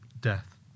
death